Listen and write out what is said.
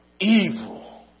evil